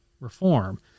reform